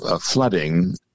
flooding